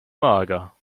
mager